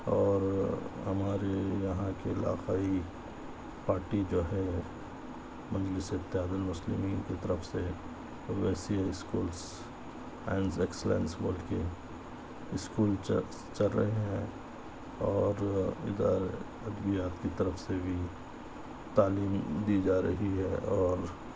اور ہمارے یہاں کے علاقائی پارٹی جو ہے مجلس اتحاد المسلمین کی طرف سے اویسی اسکولس اینڈ ایکسیلینس بول کے اسکولس چل چل رہے ہیں اور ادھر ادبیات کی طرف سے بھی تعلیم دی جا رہی ہے اور